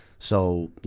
so,